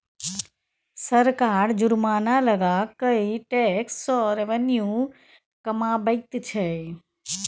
सरकार जुर्माना लगा कय टैक्स सँ रेवेन्यू कमाबैत छै